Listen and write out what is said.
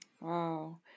Wow